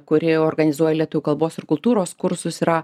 kuri organizuoja lietuvių kalbos ir kultūros kursus yra